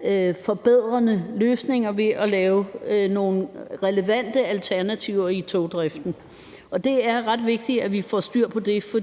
klimaforbedrende løsninger ved at lave nogle relevante alternativer i togdriften. Det er ret vigtigt, at vi får styr på det, for